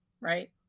right